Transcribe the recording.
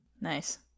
Nice